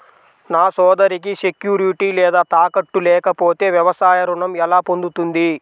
నా సోదరికి సెక్యూరిటీ లేదా తాకట్టు లేకపోతే వ్యవసాయ రుణం ఎలా పొందుతుంది?